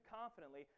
confidently